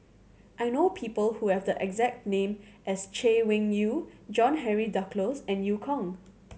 I know people who have the exact name as Chay Weng Yew John Henry Duclos and Eu Kong